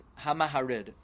HaMaharid